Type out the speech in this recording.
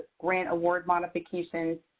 grant award modifications,